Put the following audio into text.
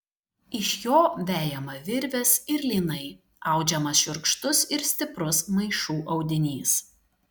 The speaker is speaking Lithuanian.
iš jo vejama virvės ir lynai audžiamas šiurkštus ir stiprus maišų audinys